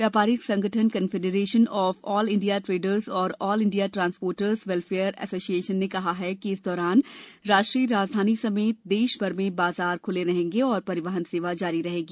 व्यापारिक संगठन confederation of all India traders और all India transporters welfare association ने कहा है कि इस दौरान राष्ट्रीय राजधानी समेत देश भर में बाजार खूले रहेंगे और परिवहन सेवा जारी रहेगी